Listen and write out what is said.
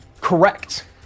correct